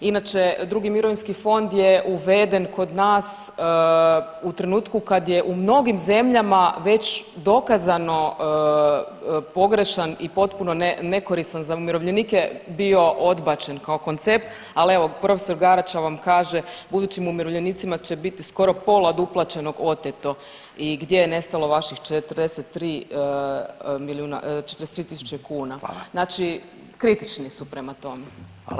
Inače drugi mirovinski fond je uveden kod nas u trenutku kad je u mnogim zemljama već dokazano pogrešan i potpuno nekoristan za umirovljenike bio odbačen kao koncept, ali evo prof. Garača vam kaže budućim umirovljenicima će biti skoro pola od uplaćenog oteto i gdje je nestalo vaših 43 milijuna, 43 tisuće kuna, znači kritični su prema tome.